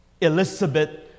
Elizabeth